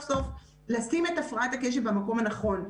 סוף לשים את הפרעת הקשב במקום הנכון.